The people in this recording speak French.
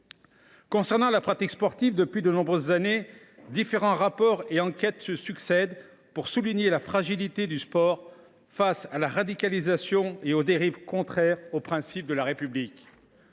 Concernant l’exercice du sport, depuis de nombreuses années, différents rapports et enquêtes se succèdent pour souligner la fragilité du sport face à la radicalisation et aux dérives contraires aux principes de la République.